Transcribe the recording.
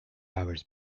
hours